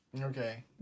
Okay